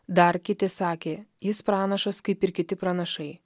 dar kiti sakė jis pranašas kaip ir kiti pranašai